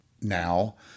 now